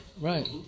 right